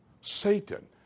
Satan